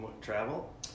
travel